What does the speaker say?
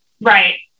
Right